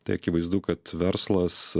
tai akivaizdu kad verslas